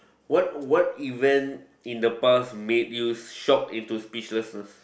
what what event in the past made you shock in to speechlessness